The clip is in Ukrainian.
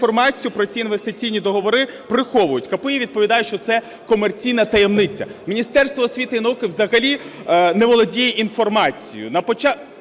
інформацію про ці інвестиційні договори приховують. КПІ відповідають, що це комерційна таємниця. Міністерство освіти і науки взагалі не володіє інформацією.